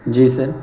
جی سر